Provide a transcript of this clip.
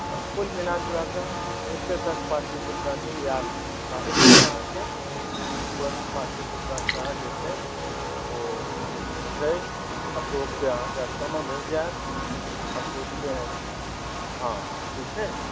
कुल मिलजुलाके एतेक तक पाटलिपुत्राके इएह एखनहु अहाँकेँ पुरान पाटलिपुत्र शहर जे छै ओ छै अशोकके अहाँके स्तम्भ भेट जायत अशोकके हँ ठीक यए